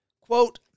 quote